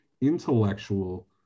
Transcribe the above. Intellectual